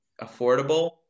affordable